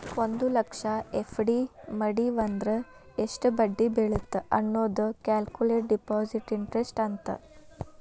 ಒಂದ್ ಲಕ್ಷ ಎಫ್.ಡಿ ಮಡಿವಂದ್ರ ಎಷ್ಟ್ ಬಡ್ಡಿ ಬೇಳತ್ತ ಅನ್ನೋದ ಕ್ಯಾಲ್ಕುಲೆಟ್ ಡೆಪಾಸಿಟ್ ಇಂಟರೆಸ್ಟ್ ಅಂತ